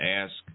ask